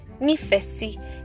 Nifesi